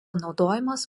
naudojamas